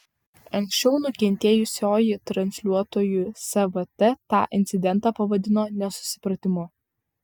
anksčiau nukentėjusioji transliuotojui svt tą incidentą pavadino nesusipratimu